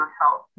health